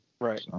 Right